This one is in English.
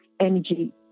energy